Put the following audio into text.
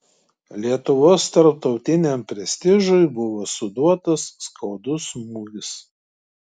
lietuvos tarptautiniam prestižui buvo suduotas skaudus smūgis